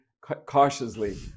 cautiously